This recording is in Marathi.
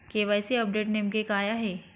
के.वाय.सी अपडेट नेमके काय आहे?